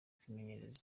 kwimenyereza